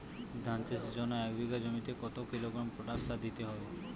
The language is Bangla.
ধান চাষের জন্য এক বিঘা জমিতে কতো কিলোগ্রাম পটাশ সার দিতে হয়?